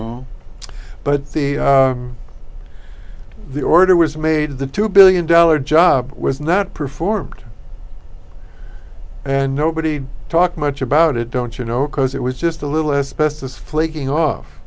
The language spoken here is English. know but the the order was made the two billion dollars job was not performed and nobody talked much about it don't you know cause it was just a little a specified flaking off